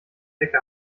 decke